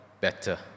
better